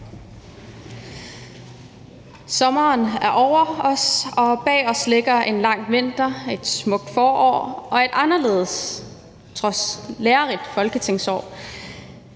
Sommeren er over os, og bag os ligger en lang vinter, et smukt forår og et anderledes, men lærerigt folketingsår.